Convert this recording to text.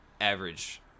average